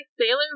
Sailor